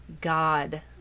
God